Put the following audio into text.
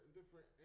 different